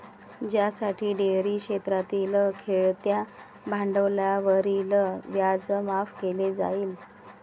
ज्यासाठी डेअरी क्षेत्रातील खेळत्या भांडवलावरील व्याज माफ केले जाईल